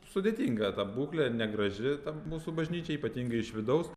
sudėtinga ta būklė negraži ta mūsų bažnyčia ypatingai iš vidaus